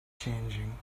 changing